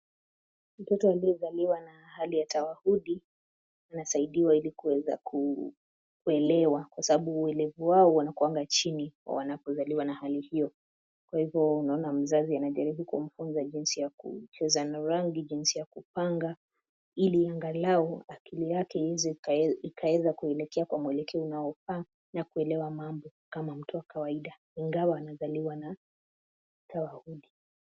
Mtoto aliyezaliwa na hali ya tawahudi, anasaidiwa ili kuweza kuelewa, kwa sababu ulevu wao wanakuwanga chini, wanapozaliwa na hali hiyo. Kwa hivyo, unaona mzazi anajaribu kumfunza jinsi ya kucheza na rangi, jinsi ya kupanga, ili angalau, akili yake ieze ikaweza kuelekea kwa mwelekeo unaofaa, na kuelewa mambo kama mtu wa kawaida, ingawa anazaliwa na, tawahudi.